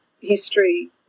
history